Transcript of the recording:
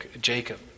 Jacob